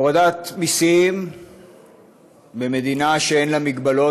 הורדת מיסים במדינה שאין לה מגבלות,